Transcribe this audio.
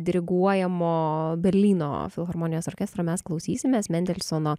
diriguojamo berlyno filharmonijos orkestro mes klausysimės mendelsono